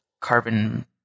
carbon